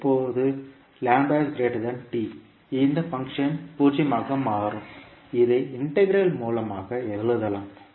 எப்போது இந்த பங்க்ஷன் 0 ஆக மாறும் இதை இன்டெக்ரல் மூலமாக எழுதலாம்